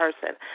person